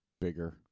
bigger